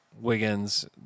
Wiggins